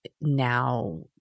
now